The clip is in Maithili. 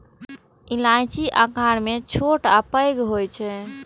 इलायची आकार मे छोट आ पैघ होइ छै